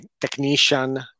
technician